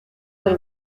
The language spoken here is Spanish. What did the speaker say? del